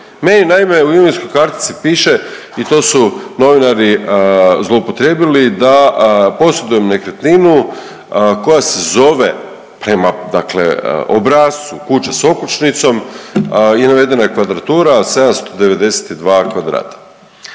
Meni naime u imovinskoj kartici piše i to su novinari zloupotrijebili da posjedujem nekretninu koja se zove, prema dakle obrascu kuća s okućnicom i navedena je kvadratura 792 kvadrata.